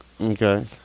Okay